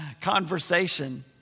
conversation